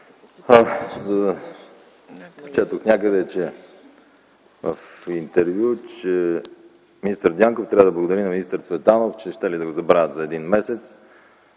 Прочетох някъде в интервю, че министър Дянков трябва да благодари на министър Цветанов, че щели да го забравят за един месец,